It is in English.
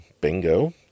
Bingo